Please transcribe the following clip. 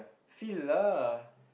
Fila